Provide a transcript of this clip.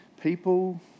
people